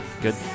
Good